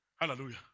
Hallelujah